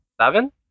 seven